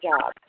job